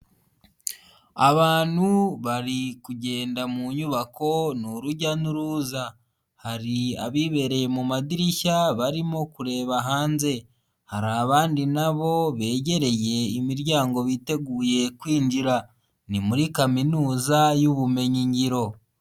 Abantu bari kugenda mu nyubako ni urujya n'uruza, hari abibereye mu madirishya barimo kureba hanze, hari abandi nabo begereye imiryango biteguye kwinjira, ni muri kaminuza y'ubumenyi ngiro.